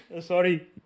Sorry